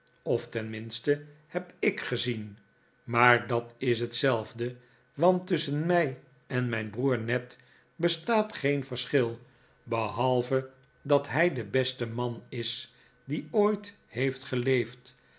of tenminste heb ik gezien maar dat is hetzelfde want tusschen mij en mijn broer ned bestaat geen verschil behalve dat hij de beste man is die ooit heeft